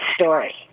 story